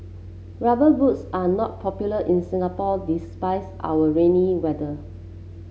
rubber boots are not popular in Singapore despite our rainy weather